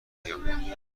بیام